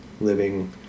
living